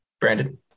Brandon